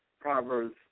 Proverbs